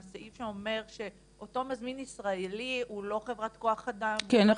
הסעיף שאומר שאותו מזמין ישראלי הוא לא חברת כוח אדם --- כן,